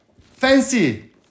fancy